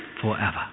forever